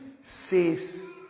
saves